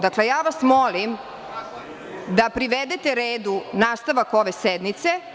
Dakle, molim vas da privedete redu nastavak ove sednice.